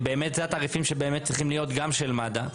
ואילו התעריפים שצריכים להיות גם של מד"א.